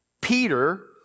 Peter